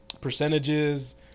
percentages